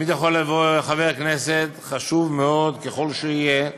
יכול לבוא חבר כנסת, חשוב ככל שיהיה,